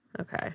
Okay